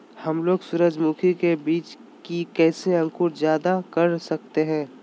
हमलोग सूरजमुखी के बिज की कैसे अंकुर जायदा कर सकते हैं?